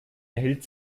erhielt